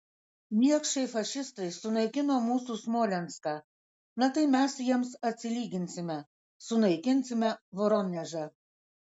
niekšai fašistai sunaikino mūsų smolenską na tai mes jiems atsilyginsime sunaikinsime voronežą